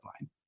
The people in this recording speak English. line